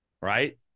right